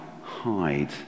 hide